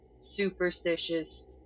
superstitious